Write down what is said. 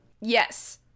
Yes